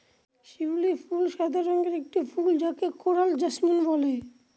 শিউলি ফুল সাদা রঙের একটি ফুল যাকে কোরাল জাসমিন বলে